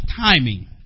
timing